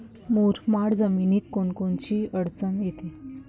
मुरमाड जमीनीत कोनकोनची अडचन येते?